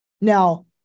Now